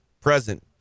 present